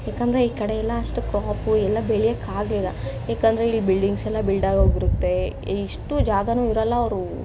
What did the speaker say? ಏಕೆಂದ್ರೆ ಈ ಕಡೆಯೆಲ್ಲ ಅಷ್ಟು ಕ್ರಾಪು ಎಲ್ಲ ಬೆಳೆಯೋಕ್ಕಾಗಲ್ಲ ಏಕೆಂದ್ರೆ ಇಲ್ಲಿ ಬಿಲ್ಡಿಂಗ್ಸೆಲ್ಲ ಬಿಲ್ಡಾಗೋಗಿರುತ್ತೆ ಇಷ್ಟು ಜಾಗನೂ ಇರಲ್ಲ ಅವರು